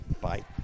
Bye